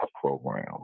Program